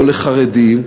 לא לחרדים,